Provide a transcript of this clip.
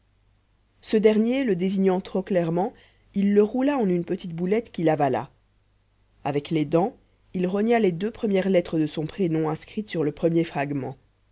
ce dernier le désignant trop clairement il le roula en une petite boulette qu'il avala avec les dents il rogna les deux premières lettres de son prénom inscrites sur le premier fragment